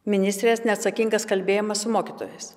ministrės neatsakingas kalbėjimas su mokytojas